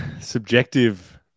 subjective